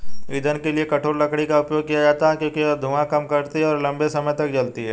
ईंधन के लिए कठोर लकड़ी का उपयोग किया जाता है क्योंकि यह धुआं कम करती है और लंबे समय तक जलती है